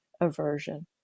aversion